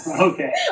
Okay